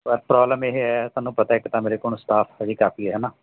ਪਰ ਪ੍ਰੋਬਲਮ ਇਹ ਹੈ ਤੁਹਾਨੂੰ ਪਤਾ ਇੱਕ ਤਾਂ ਮੇਰੇ ਕੋਲ ਹੁਣ ਸਟਾਫ ਭਾਅ ਜੀ ਕਾਫ਼ੀ ਹੈ ਹੈ ਨਾ